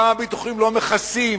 כמה הביטוחים לא מכסים,